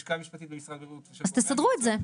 הלשכה המשפטית ומשרד הבריאות -- אז תסדרו את זה.